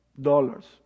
dollars